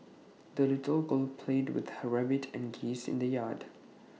the little girl played with her rabbit and geese in the yard